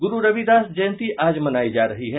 गुरु रविदास जयंती आज मनाई जा रही है